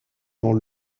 dans